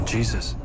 Jesus